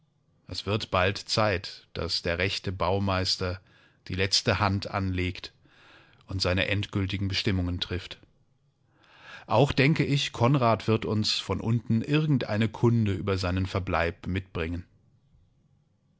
es wird bald zeit daß der rechte baumeister die letzte hand anlegt und seine endgültigen bestimmungen trifft auch denke ich konrad wird uns von unten irgendeine kunde über seinen verbleib mitbringen